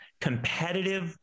competitive